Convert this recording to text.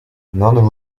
non